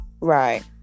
Right